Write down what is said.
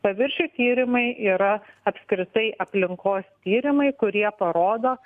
paviršių tyrimai yra apskritai aplinkos tyrimai kurie parodo